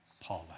Paula